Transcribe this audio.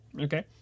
okay